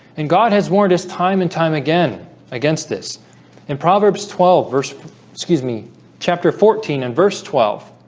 and god has warned us time and time again against this in proverbs twelve verse excuse me chapter fourteen and verse twelve